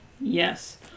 yes